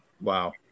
Wow